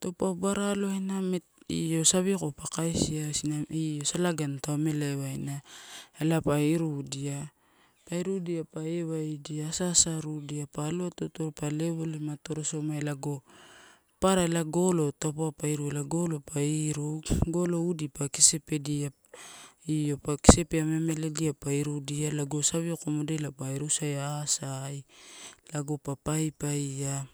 Taupa obara aloaina met io savioko pa kaisia isina io salagani tau amela ewaina ela pa irudia. Pa irudia pa ewaidia asa asa rudia pa aloatoatoro a leevoli atorosomaia lago, papara ela golo taupau wa ini ela golo pa iru. Golo udi pa kesepedia io pa kesepe ameameledia pa irrudia lago savioko modela pa irusaia asai lago pa paipaia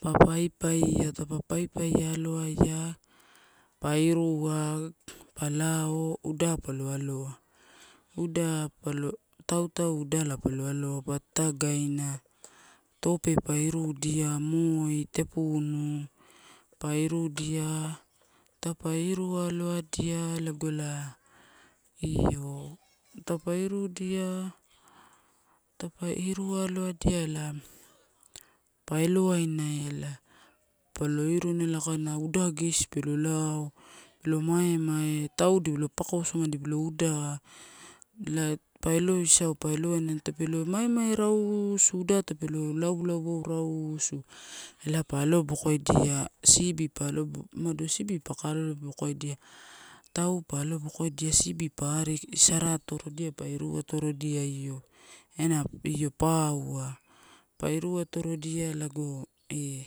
pa paipaia, taupe paipaia aloaia pa irua, pa lao uda palo aloa, uda palo tautau udala palo aloa pa tatagaina. Tope pa irudia, moi, tepunu pa irudia, taupe irualoadia lago la io, taupe irudia, taupa irualoadia ela pa eloaina ela. Palo iruina ela, palo iruina kaina uda gesi pelo lao pelo maemae. Tau dipalo pakosoma dipalo uda ela pa eloisau, pa eloaina ela, tape lo maemae rausu, uda tape lo laulauou rausu elai pa alobokodia, sibi pa alo umado sibi paka aloadobokodia. Tau pa alobokodia sibi pa ari sara atorodia pa irua torodia io ena io pauai, pa iruatarodia lago e.